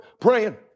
praying